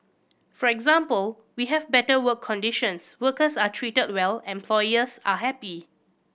for example we have better work conditions workers are treated well employers are happy